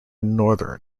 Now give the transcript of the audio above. northern